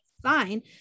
fine